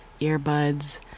Earbuds